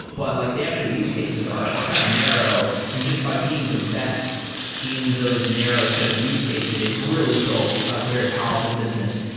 but like the actual use cases are are kind of narrow and just by being the best in those narrow set of use cases, they've really built a very powerful business.